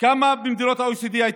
כמה הייתה במדינות ה-OECD?